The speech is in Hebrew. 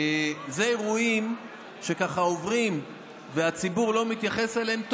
אלה אירועים שככה עוברים והציבור לא מתייחס אליהם,